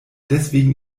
deswegen